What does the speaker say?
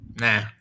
Nah